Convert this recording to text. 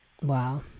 Wow